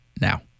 now